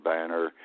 Banner